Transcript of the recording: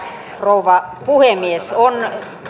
rouva puhemies on